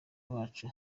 bacu